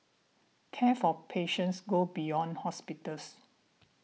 care for patients go beyond hospitals